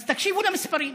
אז תקשיבו למספרים.